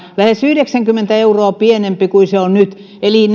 lähes yhdeksänkymmentä euroa pienempi kuin se on nyt eli